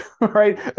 right